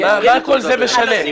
--- מה כל זה משנה?